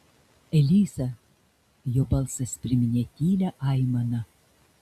eliza jo balsas priminė tylią aimaną